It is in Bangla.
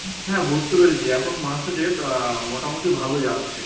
হ্যাঁ বুঝতে পেরেছি এখন মাছের রেট মোটামুটি ভালো যাচ্ছে